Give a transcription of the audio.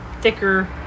Thicker